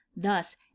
thus